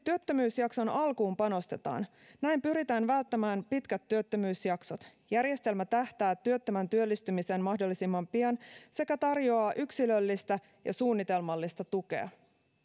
työttömyysjakson alkuun panostetaan näin pyritään välttämään pitkät työttömyysjaksot järjestelmä tähtää työttömän työllistymiseen mahdollisimman pian sekä tarjoaa yksilöllistä ja suunnitelmallista tukea